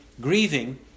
grieving